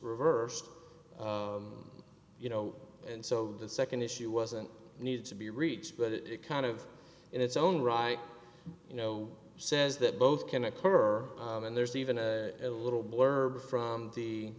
reversed you know and so the nd issue wasn't need to be reached but it kind of in its own right you know says that both can occur and there's even a little blurb from the